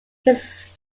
his